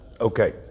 Okay